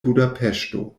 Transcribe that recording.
budapeŝto